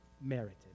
merited